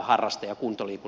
harraste ja kuntoliikunnan puolella hyötynä